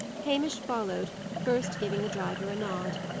hamish followed, first giving the driver a nod.